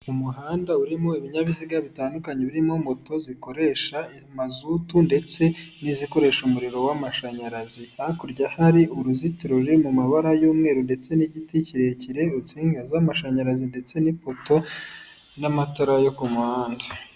Umuhanda urimo ibinyabiziga bitandukanye birimo moto zikoresha mazutu ndetse n'izikoresha umuriro w'amashanyarazi, hakurya hari uruzitiro ruri mu mabara y'umweru ndetse n'igiti kirekire, insinga z'amashanyarazi ndetse n'ipoto n'amatara yo ku muhanda.